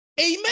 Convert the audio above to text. Amen